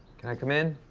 can i come in,